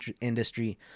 industry